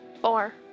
Four